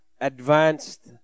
Advanced